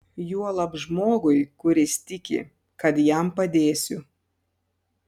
juolab žmogui kuris tiki kad jam padėsiu